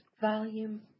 Volume